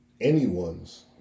anyone's